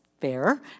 fair